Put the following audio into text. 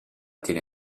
tiene